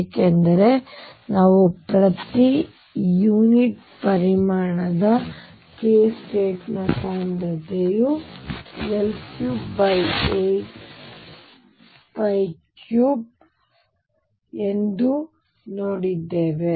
ಏಕೆಂದರೆ ನಾವು ಪ್ರತಿ ಯೂನಿಟ್ ಪರಿಮಾಣದ k ಸ್ಪೇಸ್ ನ ಸಾಂದ್ರತೆಯು L383 ಎಂದು ನೋಡಿದ್ದೇವೆ